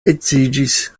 edziĝis